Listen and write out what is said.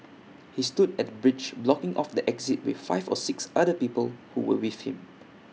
he stood at the bridge blocking off the exit with five or six other people who were with him